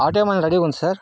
auto ఏమైనా రెడీగా ఉంది సార్